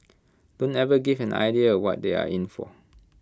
don't even give an idea what they are in for